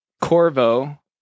Corvo